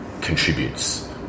contributes